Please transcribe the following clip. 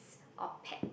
or pet